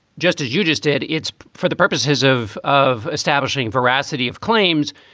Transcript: just as you just did, it's for the purposes of of establishing veracity of claims,